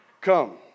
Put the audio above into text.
Come